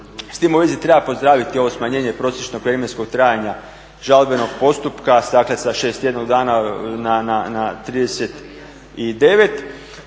S time u vezi treba pozdraviti ovo smanjenje prosječnog vremenskog trajanja žalbenog postupka dakle sa 61 dana na 39.